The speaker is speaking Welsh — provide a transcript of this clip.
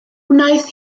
wnaeth